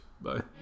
Bye